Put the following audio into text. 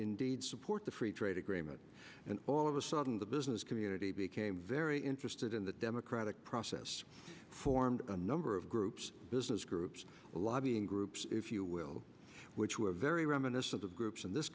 indeed support the free trade agreement and all of a sudden the business community became very interested in the democratic process formed a number of groups business groups lobbying groups if you will which were very reminiscent of groups in this